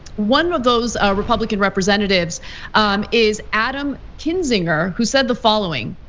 one of those republican representatives is adam kinzinger, who said, the following,